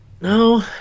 No